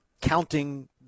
counting